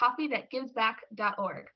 coffeethatgivesback.org